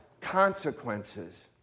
consequences